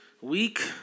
Week